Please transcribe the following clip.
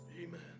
Amen